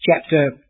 chapter